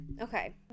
Okay